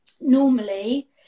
normally